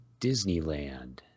Disneyland